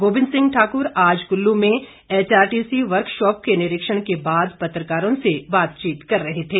गोविंद सिंह ठाकुर आज कुल्लू में HRTC workshop के निरीक्षण के बाद पत्रकारों से बातचीत कर रहे थे